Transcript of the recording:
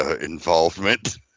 involvement